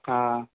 हाँ